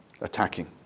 Attacking